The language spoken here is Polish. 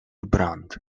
brant